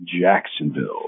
Jacksonville